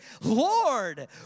Lord